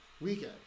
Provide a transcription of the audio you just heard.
Weekend